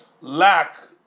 lack